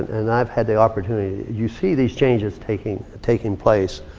and i've had the opportunity, you see these changes taking taking place.